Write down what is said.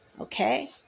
Okay